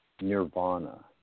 Nirvana